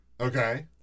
Okay